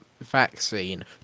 Vaccine